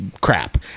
crap